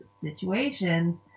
situations